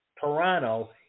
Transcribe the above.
Toronto